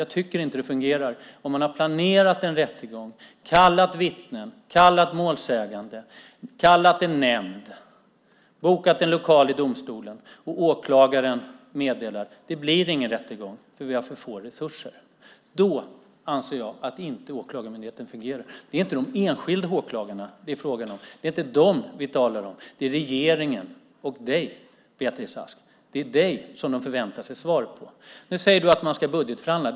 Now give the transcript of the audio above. Jag tycker inte att det fungerar om man har planerat en rättegång, kallat vittnen, kallat målsägande, kallat en nämnd, bokat en lokal i domstolen och åklagaren meddelar att det inte blir någon rättegång, för man har för få resurser. Då anser jag att Åklagarmyndigheten inte fungerar. Det är inte de enskilda åklagarna det är fråga om. Det är inte dem vi talar om. Det är om regeringen och dig, Beatrice Ask. Det är från dig de förväntar sig svar. Nu säger du att man ska budgetförhandla.